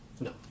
No